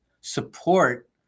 support